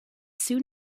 soon